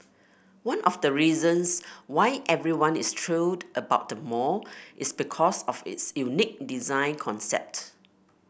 one of the reasons why everyone is thrilled about the mall is because of its unique design concept